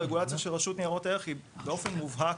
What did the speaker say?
הרגולציה של רשות ניירות ערך היא באופן מובהק